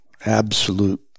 absolute